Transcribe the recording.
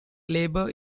labor